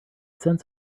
sense